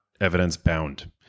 evidence-bound